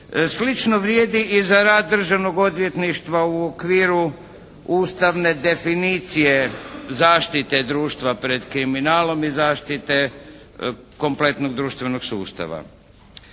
Slično vrijedi i za rad Državnog odvjetništva u okviru ustavne definicije zaštite društva pred kriminalom i zaštite kompletnog društvenog sustava.